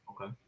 Okay